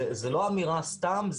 זה לא אמירה סתם,